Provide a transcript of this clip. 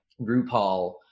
RuPaul